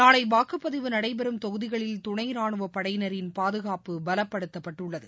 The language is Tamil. நாளைவாக்குப்பதிவு நடைபெறும் தொகுதிகளில் துணைராணுவப் படையினரின் பாதுகாப்பு பலப்படுத்தப்பட்டுள்ளது